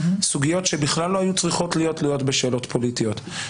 סוגיות שבכלל לא היו צריכות להיות תלויות בשאלות פוליטיות,